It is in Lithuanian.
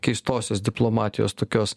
keistosios diplomatijos tokios